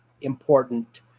important